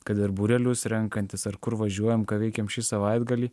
kad ir būrelius renkantis ar kur važiuojam ką veikiam šį savaitgalį